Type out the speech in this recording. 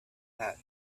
had